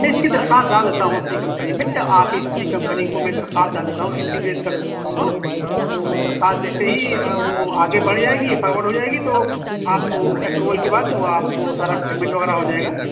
میں اس کی درخواست ڈال دیتا ہوں اپنی کمپنی میں آپ ایک اپنی کمپنی کو میں درخواست ڈال دیتا ہوں ایک ای میل کر دیتا ہوں ان کو وہ درخواست جیسے ہی وہ آگے بڑھ جائے گی فارورڈ ہو جائے گی تو آپ ایپرول کے بعد وہ آپ کو سارا پیمینٹ وغیرہ ہو جائے گا